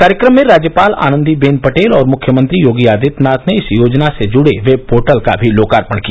कार्यक्रम में राज्यपाल आनन्दी बेन पटेल और मुख्यमंत्री योगी आदित्यनाथ ने इस योजना से जुड़े वेब पोर्टल का भी लोकार्पण किया